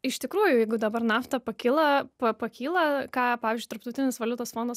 iš tikrųjų jeigu dabar nafta pakilo pa pakyla ką pavyzdžiui tarptautinis valiutos fondas